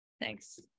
Thanks